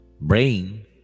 brain